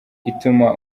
ituma